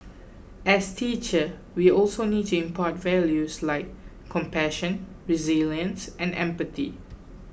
as teachers we also need to impart values like compassion resilience and empathy